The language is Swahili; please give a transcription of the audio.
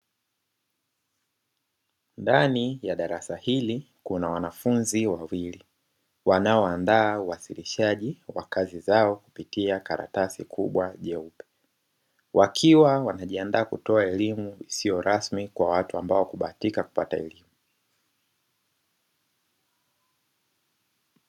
Ndani ya darasa hili kuna wanafunzi wawili, wanao andaa uwasilishaji wa kazi zao, kupitia karatasi kubwa jeupe. Wakiwa wanajiandaa kutoa elimu, isiyo rasmi kwa watu ambao hawakubahatika kupata elimu.